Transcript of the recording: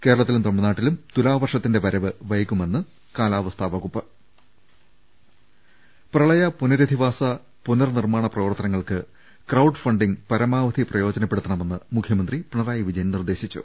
കേരളത്തിലും തമിഴ്നാട്ടിലും തുലാവർഷത്തിന്റെ വരവ് വൈകു മെന്ന് കാലാവസ്ഥാ വകുപ്പ് ൾ ൽ ൾ പ്രളയ പുനരധിവാസ പുനർ നിർമ്മാണ പ്രവർത്തനങ്ങൾക്ക് ക്രൌഡ് ഫണ്ടിങ്ങ് പരമാവധി പ്രയോജനപ്പെടുത്തണമെന്ന് മുഖ്യമന്ത്രി പിണറായി വിജയൻ നിർദേശിച്ചു